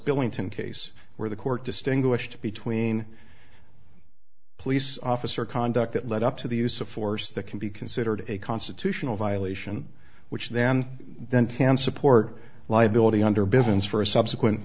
billington case where the court distinguished between police officer conduct that led up to the use of force that can be considered a constitutional violation which then then can support liability under business for a subsequent